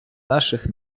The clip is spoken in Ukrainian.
наших